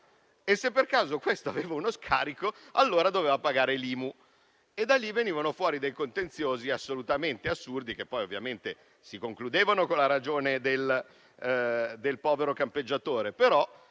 E se per caso c'era uno scarico, allora doveva pagare l'IMU. Da lì venivano fuori dei contenziosi assolutamente assurdi che poi, ovviamente, si concludevano con la ragione del povero campeggiatore.